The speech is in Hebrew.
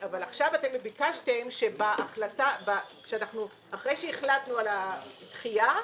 עכשיו ביקשתם שאחרי שהחלטנו על הדחייה,